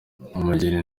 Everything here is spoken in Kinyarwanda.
umugeni